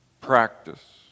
practice